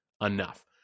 enough